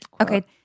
Okay